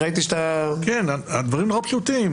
ראיתי שאתה --- הדברים מאוד פשוטים.